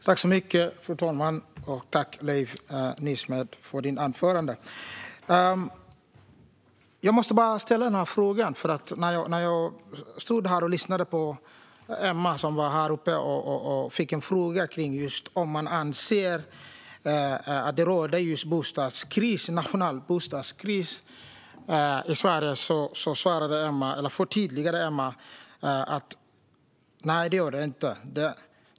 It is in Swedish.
Fru talman! Tack, Leif Nysmed, för ditt anförande! Emma Hult var nyss uppe i talarstolen och fick en fråga om hon anser att det råder nationell bostadskris i Sverige. Då förtydligade hon och sa: Nej, det gör det inte.